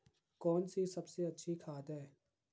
कौन सी सबसे अच्छी खाद है?